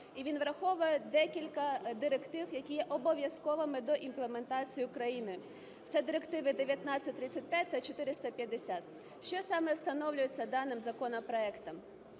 він враховує декілька директив, які є обов'язковими до імплементації України. Це директиви 1935 та 450. Що саме встановлюється даним законопроектом?